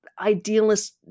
idealist